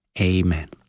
Amen